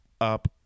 up